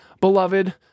beloved